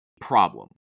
problem